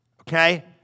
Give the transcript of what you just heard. okay